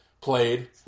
played